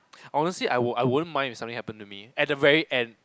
honestly I won't I won't mind if something happen to me at the very end